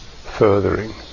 furthering